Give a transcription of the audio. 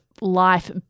life